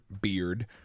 Beard